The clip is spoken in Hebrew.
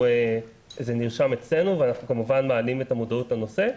זה נרשם אצלנו ואנחנו כמובן מעלים את המודעות לנושא.